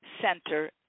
Center